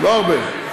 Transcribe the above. לא הרבה.